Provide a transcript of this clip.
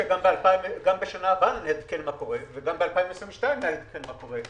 גם בשנה הבאה וגם ב-2022 נעדכן מה קורה.